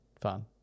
Fun